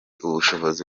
ubushobozi